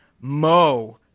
Mo